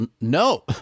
No